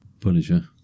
Punisher